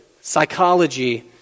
psychology